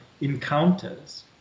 encounters